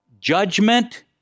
judgment